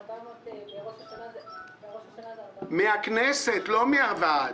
בראש השנה זה --- מהכנסת, לא מהוועד.